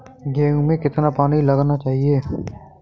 गेहूँ में कितना पानी लगाना चाहिए?